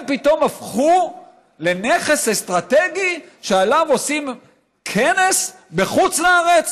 פתאום הפכו לנכס אסטרטגי שעליו עושים כנס בחוץ-לארץ?